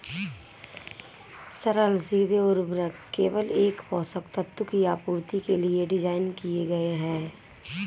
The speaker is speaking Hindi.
सरल सीधे उर्वरक केवल एक पोषक तत्व की आपूर्ति के लिए डिज़ाइन किए गए है